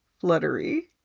fluttery